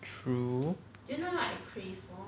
true